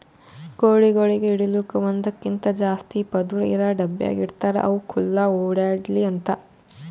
ಕೋಳಿಗೊಳಿಗ್ ಇಡಲುಕ್ ಒಂದಕ್ಕಿಂತ ಜಾಸ್ತಿ ಪದುರ್ ಇರಾ ಡಬ್ಯಾಗ್ ಇಡ್ತಾರ್ ಅವು ಖುಲ್ಲಾ ಓಡ್ಯಾಡ್ಲಿ ಅಂತ